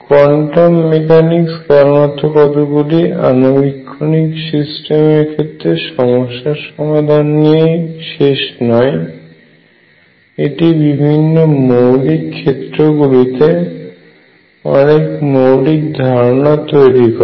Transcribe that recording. quantum mechanics কেবলমাত্র কতগুলি আণুবীক্ষণিক সিস্টেমের ক্ষেত্রে সমস্যার সমাধান নিয়েই শেষ নয় এটি বিভিন্ন মৌলিক ক্ষেত্র গুলীতে অনেক মৌলিক ধারনার তৈরি করে